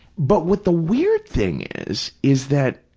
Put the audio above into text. but what the weird thing is is that,